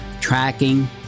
tracking